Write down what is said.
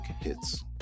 Hits